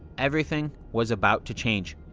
everything was about to change.